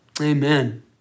Amen